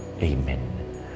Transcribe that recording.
Amen